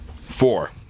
Four